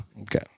Okay